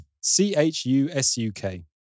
C-H-U-S-U-K